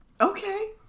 Okay